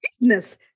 business